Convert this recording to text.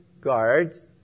guards